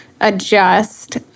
adjust